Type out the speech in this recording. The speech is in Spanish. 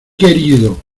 querido